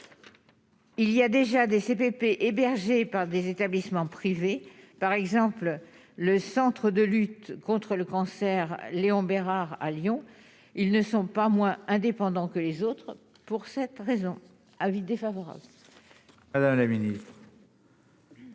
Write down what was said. Il y a déjà des CPP hébergés par des établissements privés par exemple, le centre de lutte contre le cancer, Léon Bérard à Lyon, ils ne sont pas moins un des. Pendant que les autres, pour cette raison : avis défavorable,